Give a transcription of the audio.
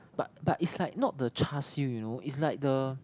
but but is like not the Char-Siew you know is like the